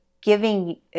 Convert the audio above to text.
giving